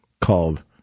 called